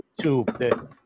YouTube